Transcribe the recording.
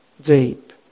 deep